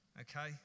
okay